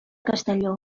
castelló